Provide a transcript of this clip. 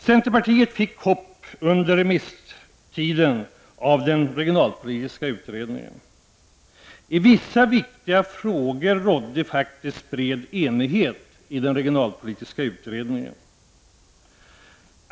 Centerpartiet fick hopp under remisstiden av den regionalpolitiska utredningen. I vissa viktiga frågor rådde faktiskt bred enighet i utredningen.